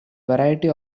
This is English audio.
variety